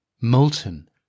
molten